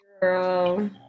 Girl